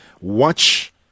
Watch